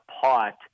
pot